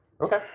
Okay